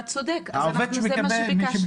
אתה צודק, זה מה שביקשנו.